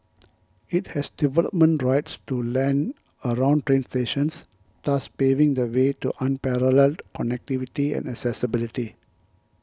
it has development rights to land around train stations thus paving the way to unparalleled connectivity and accessibility